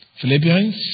Philippians